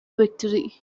victory